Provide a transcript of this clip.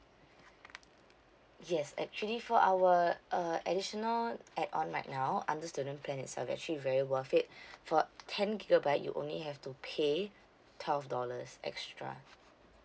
yes actually for our uh additional add on right now under student plan itself are actually very worth it for ten gigabyte you only have to pay twelve dollars extra